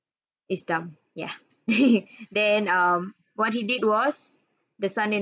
it's dumb yeah then um what he did was the son in